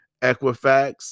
Equifax